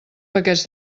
paquets